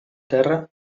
terra